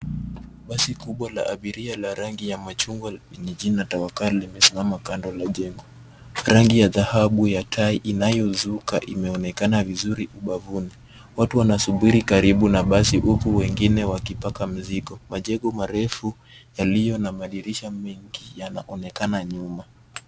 Basi kubwa la abiria la rangi ya machungwa lenye jina TAWAKAL limesimama kando la jengo. Rangi ya thahabu ya tai inayozuka inaonekana vizuri ubavuni. Watu wanasubiri karibu na basi, huku wengine wakipaki mzigo. Majengo marefu yaliyo madirisha mengi yanaonekana nyuma.